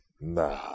Nah